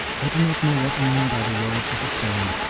i do not know what you mean by the words of a song.